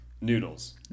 noodles